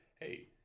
hey